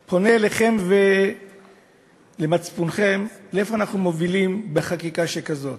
אני פונה אליכם ואל מצפונכם: לאן אנחנו מובילים בחקיקה שכזאת?